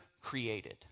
created